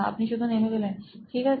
আপনি শুধু নেমে গেলেন ঠিক আছে